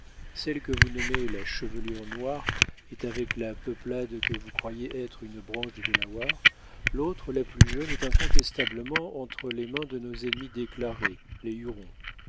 celle que vous nommez la chevelure noire est avec la peuplade que vous croyez être une branche des delawares l'autre la plus jeune est incontestablement entre les mains de nos ennemis déclarés les hurons